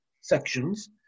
sections